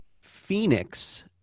Phoenix